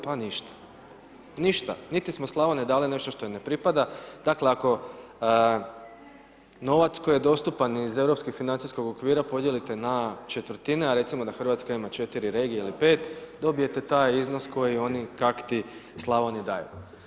Pa ništa, ništa, niti smo Slavoniji dali nešto što joj ne pripada, dakle, ako novac koji je dostupan iz europskih financijskog okvira podijelite na četvrtine, a recimo da Hrvatska ima četiri regije ili pet, dobijete taj iznos koji oni kakti Slavoniji daju.